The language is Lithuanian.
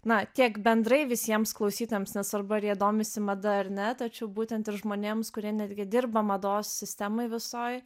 na tiek bendrai visiems klausytojams nesvarbu ar jie domisi mada ar ne tačiau būtent ir žmonėms kurie netgi dirba mados sistemoj visoj